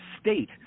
state